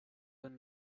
than